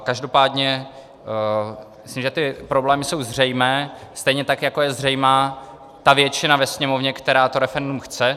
Každopádně myslím, že ty problémy jsou zřejmé, stejně tak jako je zřejmá ta většina ve Sněmovně, která to referendum chce.